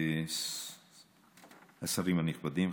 השרים הנכבדים,